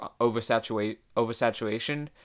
oversaturation